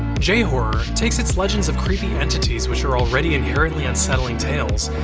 yeah ah horror takes its legends of creepy entities which are already inherently unsettling tales,